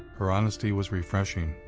her honesty was refreshing.